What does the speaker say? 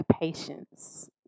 patience